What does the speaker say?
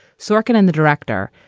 sorkin and the director,